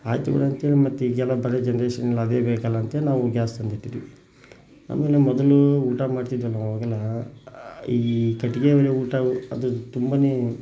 ಆಯಿತು ಅಂಥೇಳಿ ಮತ್ತು ಈಗೆಲ್ಲ ಬರೋ ಜನ್ರೇಷನ್ನು ಅದೇ ಬೇಕಲ್ಲ ಅಂಥೇಳಿ ನಾವು ಒಂದು ಗ್ಯಾಸ್ ತಂದಿಟ್ಟಿದ್ದೀವಿ ಆಮೇಲೆ ಮೊದಲು ಊಟ ಮಾಡ್ತಿದ್ದೆವಲ್ಲ ಆವಾಗೆಲ್ಲ ಈ ಕಟ್ಟಿಗೆ ಒಲೆ ಊಟ ಅದು ತುಂಬನೇ